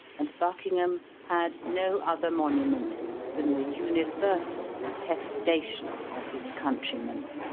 and buckingham had no other monument than the universal detestation of his countrymen.